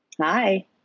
Hi